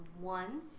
one